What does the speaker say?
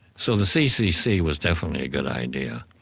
so the ccc was definitely a good idea,